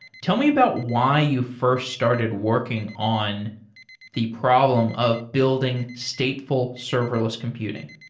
tell me about why you first started working on the problem of building stateful serverless computing